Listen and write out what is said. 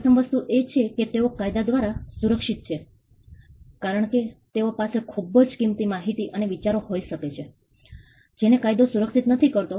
પ્રથમ વસ્તુ એ છે કે તેઓ કાયદા દ્વારા સુરક્ષિત છે કારણ કે તેઓ પાસે ખુબજ કિંમતી માહિતી અને વિચારો હોઈ શકે છે જેને કાયદો સુરક્ષિત નથી કરતો